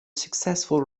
successful